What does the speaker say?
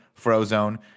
Frozone